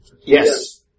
Yes